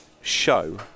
show